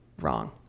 wrong